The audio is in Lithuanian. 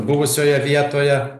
buvusioje vietoje